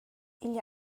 igl